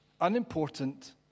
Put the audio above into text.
unimportant